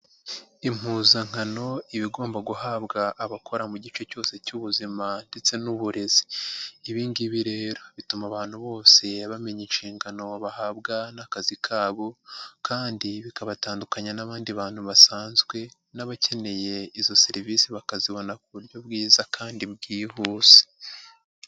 Impuzankano iba igomba guhabwa abakora mu gice cyose cy'ubuzima ndetse n'uburezi, ibingibi rero bituma abantu bose bamenya inshingano bahabwa n'kazi kabo kandi bikabatandukanya n'abandi bantu basanzwe n'abakeneye izo serivisi bakazibona ku buryo bwiza kandi bwihuse.